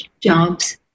jobs